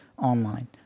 online